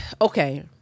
okay